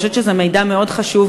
אני חושבת שזה מידע מאוד חשוב,